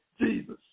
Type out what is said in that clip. Jesus